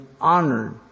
honored